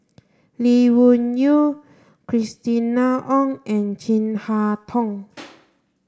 Lee Wung Yew Christina Ong and Chin Harn Tong